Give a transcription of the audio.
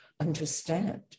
understand